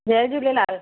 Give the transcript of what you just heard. Jay Jhulelal